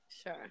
sure